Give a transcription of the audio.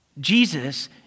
Jesus